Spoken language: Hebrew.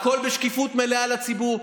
הכול בשקיפות מלאה לציבור,